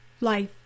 life